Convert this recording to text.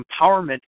empowerment